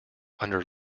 under